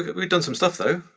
we've done some stuff though.